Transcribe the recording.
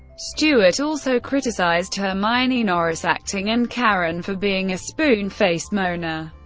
stewart also criticised hermione norris's acting and karen for being a spoon-faced moaner.